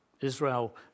Israel